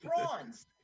prawns